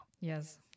Yes